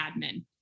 admin